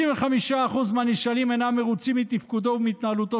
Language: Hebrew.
55% מהנשאלים אינם מרוצים מתפקודו ומהתנהלותו